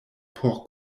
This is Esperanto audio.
por